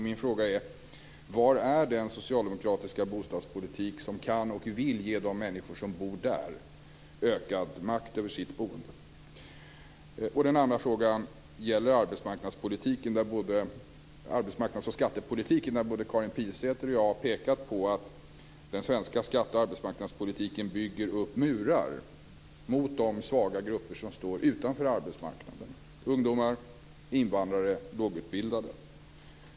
Min fråga är: Den andra frågan gäller både arbetsmarknadspolitiken och skattepolitiken, där både Karin Pilsäter och jag har pekat på att den svenska skatte och arbetsmarknadspolitiken bygger upp murar mot de svaga grupper som står utanför arbetsmarknaden - ungdomar, invandrare och lågutbildade.